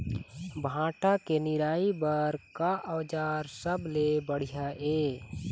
भांटा के निराई बर का औजार सबले बढ़िया ये?